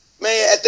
man